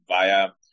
via